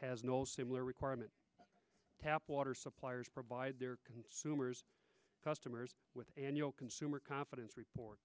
has no similar requirement tap water suppliers provide their consumers customers with consumer confidence report